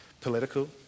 political